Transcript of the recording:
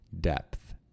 depth